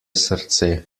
srce